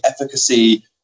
efficacy